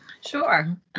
Sure